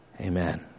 Amen